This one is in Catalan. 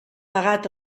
pagat